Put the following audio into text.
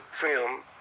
film